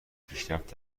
پیشرفت